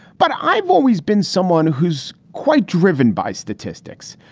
but i've always been someone who's quite driven by statistics.